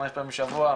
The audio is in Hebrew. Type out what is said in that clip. חמש פעמים בשבוע,